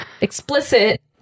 explicit